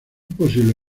posible